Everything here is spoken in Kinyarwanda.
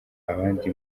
abandi